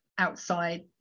Outside